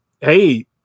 hey